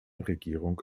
regierung